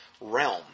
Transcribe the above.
realm